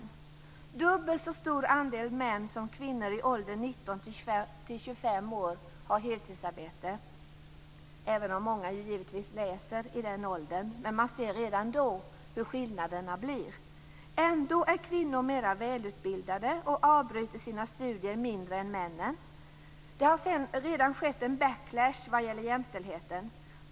En dubbelt så stor andel män som kvinnor i åldern 19-25 år har ett heltidsarbete, även om många i den åldern givetvis läser. Man ser redan där hur skillnaderna blir. Ändå är kvinnor mer välutbildade och avbryter sina studier i mindre omfattning än männen. Det har redan skett en backlash vad gäller jämställdheten.